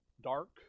Dark